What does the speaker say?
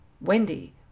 Wendy